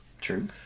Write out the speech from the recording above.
True